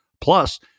plus